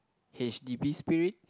H_D_B spirit